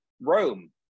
Rome